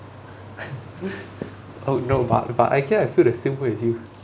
oh no but but actually I feel the same way as you